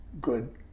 good